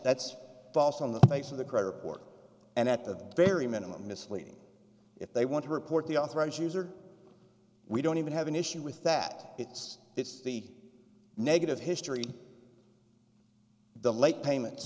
that's false on the face of the credit report and at the very minimum misleading if they want to report the authorized user we don't even have an issue with that it's it's the negative history the late payments